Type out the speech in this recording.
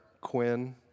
Quinn